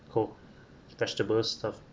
oh vegetable stuff